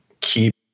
keep